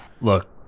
Look